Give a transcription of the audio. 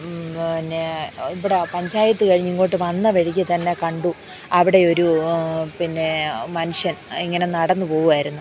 പിന്നെ ഇവിടെ പഞ്ചായത്ത് കഴിഞ്ഞു ഇങ്ങോട്ട് വന്ന വഴി തന്നെ കണ്ടു അവിടെ ഒരു പിന്നെ മനുഷ്യൻ ഇങ്ങനെ നടന്നു പോവുകയായിരുന്നു